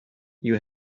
you